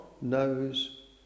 knows